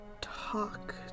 talk